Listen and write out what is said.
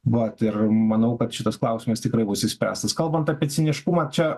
vat ir manau kad šitas klausimas tikrai bus išspręstas kalbant apie ciniškumą čia